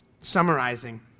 summarizing